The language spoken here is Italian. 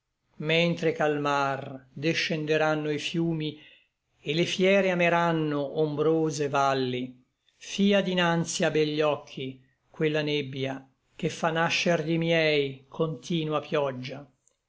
fiumi mentre ch'al mar descenderanno i fiumi et le fiere ameranno ombrose valli fia dinanzi a begli occhi quella nebbia che fa nascer d'i miei continua pioggia